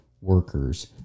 workers